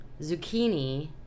zucchini